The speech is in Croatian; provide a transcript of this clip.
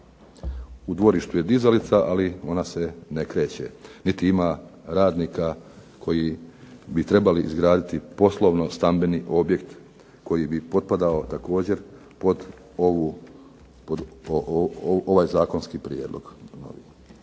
U dvorištu je dizalica, ali ona se ne kreće niti ima radnika koji bi trebali izgraditi poslovno-stambeni objekt koji bi potpadao također pod ovaj zakonski prijedlog.